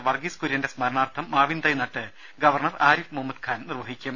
വർഗീസ് കുര്യന്റെ സ്മരണാർത്ഥം മാവിൻ തൈ നട്ട് ഗവർണർ ആരിഫ് മുഹമ്മദ് ഖാൻ നിർവ്വഹിക്കും